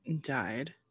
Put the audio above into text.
died